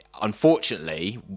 unfortunately